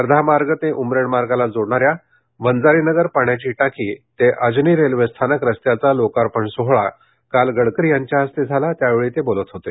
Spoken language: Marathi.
वर्धा मार्ग ते उमरेड मार्गाला जोडणाऱ्या वंजारी नगर पाण्याची टाकी ते अजनी रेल्वे स्थानक रस्त्याचा लोकार्पण सोहळा काल गडकरी यांच्या हस्ते झाला त्यावेळी ते बोलत होते